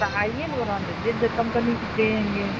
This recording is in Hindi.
आइए ना ब्राण्डेड कम्पनी का देंगे